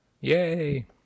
yay